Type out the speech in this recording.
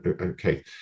Okay